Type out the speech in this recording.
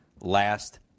last